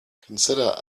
consider